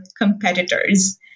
competitors